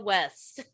West